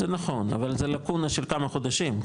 זה נכון, אבל זה לאקונה של כמה חודשים.